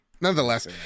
Nonetheless